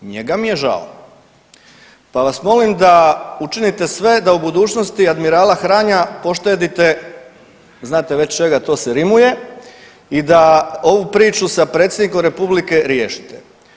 Njega mi je žao pa vas molim da učinite sve da u budućnosti admirala Hranja poštedite znate već čega, to se rimuje i da ovu priču da predsjednikom republike riješite.